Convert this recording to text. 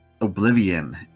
Oblivion